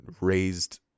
raised